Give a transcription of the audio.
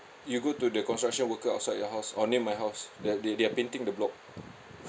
you go to the construction worker outside your house or near my house that they they are painting the block